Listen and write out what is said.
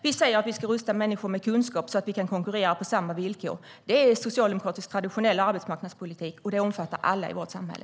Vi säger att vi ska rusta människor med kunskap så att vi kan konkurrera på samma villkor. Det är socialdemokratisk traditionell arbetsmarknadspolitik, och den omfattar alla i vårt samhälle.